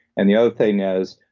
and the other thing is,